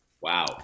Wow